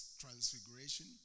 Transfiguration